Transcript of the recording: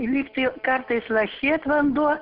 lygtai jau kartais lašėt vanduo